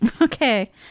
Okay